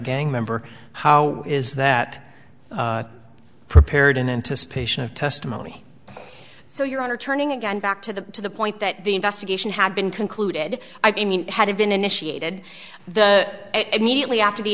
gang member how is that prepared in anticipation of testimony so your honor turning again back to the to the point that the investigation had been concluded i mean had it been initiated the immediately after the